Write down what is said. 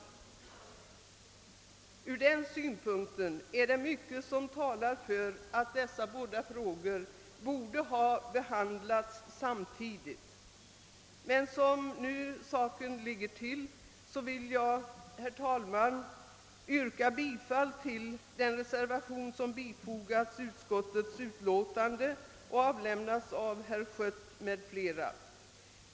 Ur den synpunkten är det mycket som talar för att dessa båda frågor borde ha behandlats samtidigt. Herr talman! Som denna fråga nu ligger till vill jag yrka bifall till den av herr Schött m.fl. till utskottets utlåtande fogade reservationen 1.